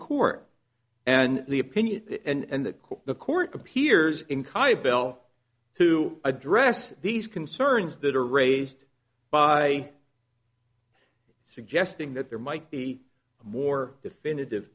court and the opinion and that the court appears in cabell to address these concerns that are raised by suggesting that there might be more definitive